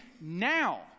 now